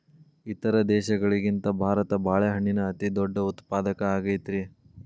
ಇತರ ದೇಶಗಳಿಗಿಂತ ಭಾರತ ಬಾಳೆಹಣ್ಣಿನ ಅತಿದೊಡ್ಡ ಉತ್ಪಾದಕ ಆಗೈತ್ರಿ